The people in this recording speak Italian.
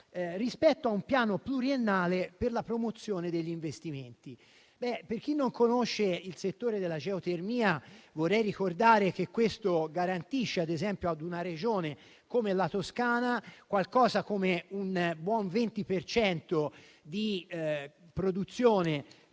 rispetto a un piano pluriennale per la promozione degli investimenti. Per chi non conosce il settore della geotermia, vorrei ricordare che questo garantisce, ad esempio, a una Regione come la Toscana qualcosa come un buon 20 per cento